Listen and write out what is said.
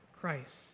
Christ